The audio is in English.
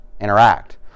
interact